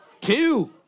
Two